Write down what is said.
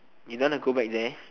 you don't want to go back there